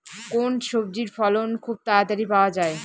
কোন সবজির ফলন খুব তাড়াতাড়ি পাওয়া যায়?